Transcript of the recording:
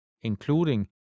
including